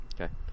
Okay